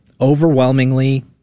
Overwhelmingly